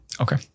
Okay